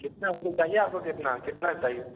कितना चाहिए आपको कितना कितना चाहिए